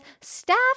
staff